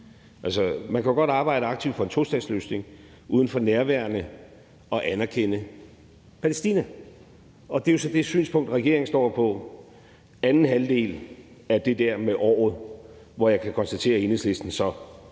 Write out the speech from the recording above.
Man kan jo godt arbejde aktivt for en tostatsløsning uden for nærværende at anerkende Palæstina. Det er så det synspunkt, regeringen står på. Hvad angår anden halvdel af det der med og'et, kan jeg konstatere, at Enhedslisten tager